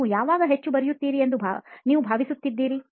ನೀವು ಯಾವಾಗ ಹೆಚ್ಚು ಬರೆಯುತ್ತೀರಿ ಎಂದು ನೀವು ಭಾವಿಸುತ್ತೀರಿ